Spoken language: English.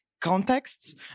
context